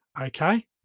okay